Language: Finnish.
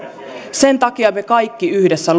sen takia me kaikki yhdessä